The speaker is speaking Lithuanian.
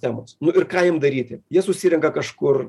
temos nu ir ką jiem daryti jie susirenka kažkur